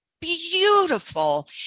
beautiful